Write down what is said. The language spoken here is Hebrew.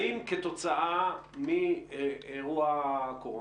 האם כתוצאה מאירוע הקורונה,